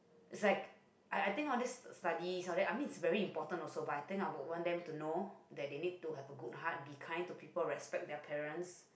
is like I I think all this studies all that I mean it's very important also but I think I would want them to know that they need to have a good heart be kind to people respect their parents